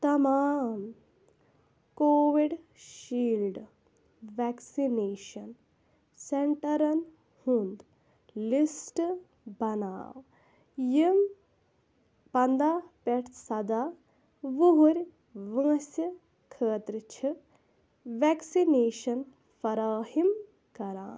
تَمام Covishield vaccination سٮ۪نٛٹَرَن ہُنٛد لِسٹ بَناو یِم پنٛداہ پٮ۪ٹھ سَداہ وُہٕرۍ وٲنٛسہِ خٲطرٕ چھِ وٮ۪کسِنیشَن فَراہِم کَران